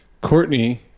Courtney